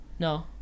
No